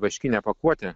vaškinę pakuotę